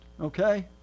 okay